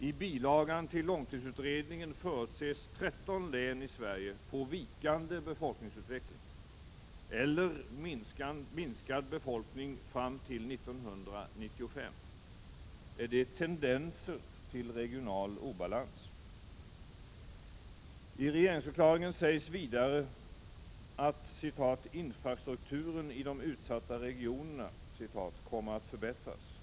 I bilagan till långtidsutredningen förutses 13 län i Sverige få vikande befolk ningsutveckling eller minskad befolkning fram till 1995. Är det ”tendenser” till regional obalans? I regeringsförklaringen sägs vidare att ”infrastrukturen i de utsatta regionerna” kommer att förbättras.